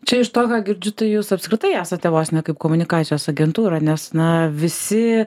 čia iš to ką girdžiu tai jūs apskritai esate vos ne kaip komunikacijos agentūra nes na visi